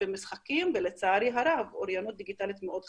ובמשחקים ולצערי הרב אוריינות דיגיטלית מאוד חלשה.